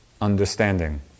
understanding